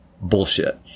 bullshit